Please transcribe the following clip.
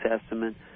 Testament